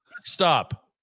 stop